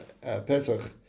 Pesach